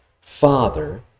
Father